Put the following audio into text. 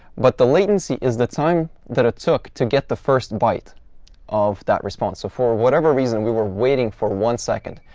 but the latency is the time that it took to get the first byte of that response. so for whatever reason, we were waiting for one second.